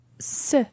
Ce